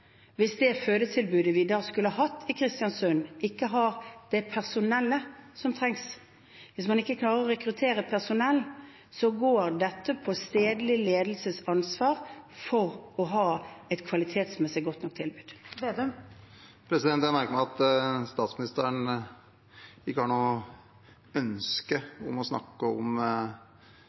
hvis det fødetilbudet vi skulle hatt i Kristiansund, ikke har det personellet som trengs. Hvis man ikke klarer å rekruttere personell, går dette på stedlig ledelsesansvar for å ha et kvalitetsmessig godt nok tilbud. Jeg merker meg at statsministeren ikke har noe ønske om å snakke om